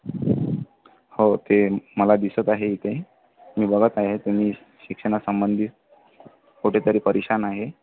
हो ते मला दिसत आहे इथेही मी बघत आहे तुम्ही शिक्षणासंबंधित कुठेतरी परेशान आहे